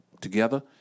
together